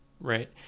right